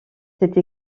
cette